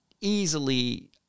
easily